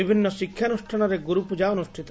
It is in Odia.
ବିଭିନ୍ନ ଶିକ୍ଷାନୁଷ୍ଠାନରେ ଗୁରୁପୂଜା ଅନୁଷ୍ଠିତ